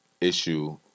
issue